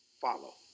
follow